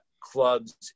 clubs